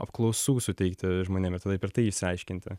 apklausų suteikti žmonėm ir tada per tai išsiaiškinti